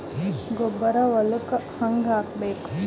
ಗೊಬ್ಬರ ಹೊಲಕ್ಕ ಹಂಗ್ ಹಾಕಬೇಕು?